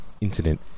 incident